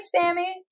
Sammy